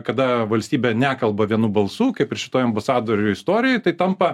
kada valstybė nekalba vienu balsu kaip ir šitoj ambasadorių istorijoj tai tampa